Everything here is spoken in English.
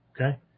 Okay